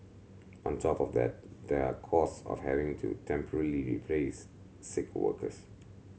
on top of that there are cost of having to temporarily replace sick workers